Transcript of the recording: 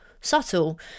subtle